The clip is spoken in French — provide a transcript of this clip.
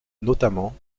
notamment